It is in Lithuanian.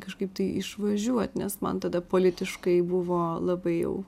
kažkaip tai išvažiuot nes man tada politiškai buvo labai jau